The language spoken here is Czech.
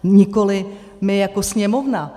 Nikoli my jako Sněmovna.